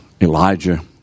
Elijah